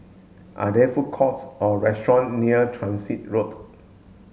are there food courts or restaurants near Transit Road